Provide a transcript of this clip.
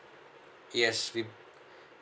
yes with